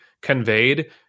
conveyed